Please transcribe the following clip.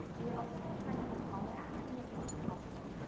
but you're also gonna try to have a call to action as much as possible.